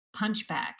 punchback